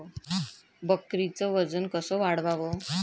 बकरीचं वजन कस वाढवाव?